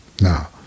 Now